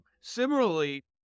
Similarly